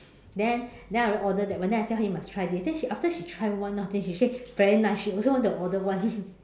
then then I went order that one then I tell him must try this then she after she try one she also want to order one